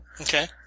Okay